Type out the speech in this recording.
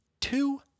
two